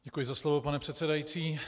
Děkuji za slovo, pane předsedající.